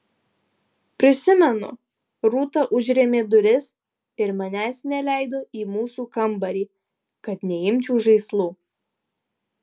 prisimenu rūta užrėmė duris ir manęs neleido į mūsų kambarį kad neimčiau žaislų